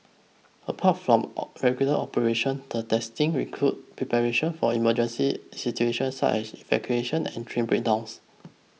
apart from regular operations the testing includes preparation for emergency situations such as evacuations and train breakdowns